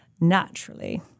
Naturally